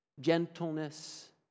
gentleness